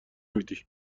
میدی